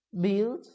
build